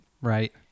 Right